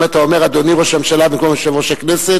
אם אתה אומר אדוני ראש הממשלה במקום יושב-ראש הכנסת,